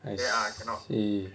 I see